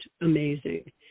amazing